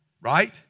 Right